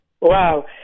Wow